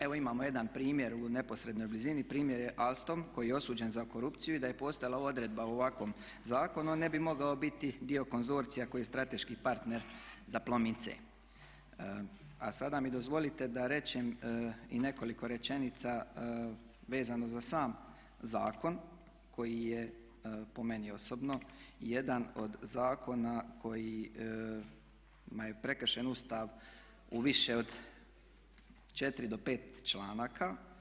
Evo imamo jedan primjer u neposrednoj blizini, primjer je Alstom koji je osuđen za korupciju i da je postojala ova odredba u ovakvom zakonu on ne bi mogao biti dio konzorcija koji je strateški partner za Plomin C. A sada mi dozvolite da kažem i nekoliko rečenica vezano za sam zakon koji je, po meni osobno, jedan od zakona kojima je prekršen Ustav u više od 4 do 5 članaka.